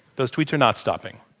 those tweets are not stopping.